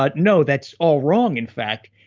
ah no, that's all wrong in fact.